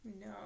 No